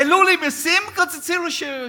העלו לי מסים, קיצצו לי שירותים.